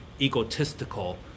egotistical